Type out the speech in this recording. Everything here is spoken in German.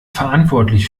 verantwortlich